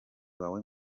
wawe